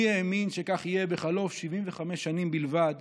מי האמין שכך יהיה בחלוף 75 שנים בלבד